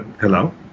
Hello